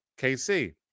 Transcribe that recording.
KC